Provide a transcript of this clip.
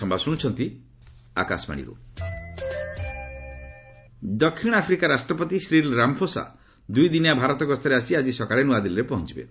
south Africa ଦକ୍ଷିଣ Africa ରାଷ୍ଟ୍ରପତି Cyril Ramaphosa ଦୁଇ ଦିନିଆ ଭାରତ ଗସ୍ତରେ ଆସି ଆଜି ସକାଳେ ନୂଆଦିଲ୍ଲୀରେ ପହଞ୍ଚିବେ